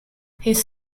his